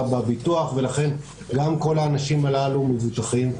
בביטוח ולכן גם כל האנשים הללו מבוטחים,